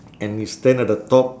and you stand at the top